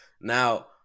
Now